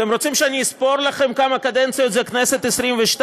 אתם רוצים שאני אספור לכם עוד כמה קדנציות זה הכנסת העשרים-ושתיים?